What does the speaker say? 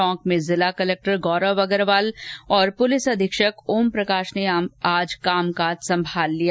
टोंक में जिला कलेक्टर गौरव अग्रवाल और पुलिस अधीक्षक ओमप्रकाश ने आज कामकाज संभाल लिया